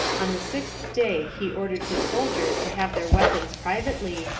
on the sixth day he ordered his soldiers to have their weapons privately,